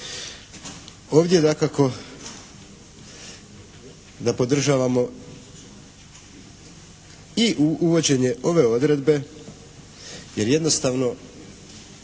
Ovdje je dakako da podržavamo i uvođenje ove odredbe jer jednostavno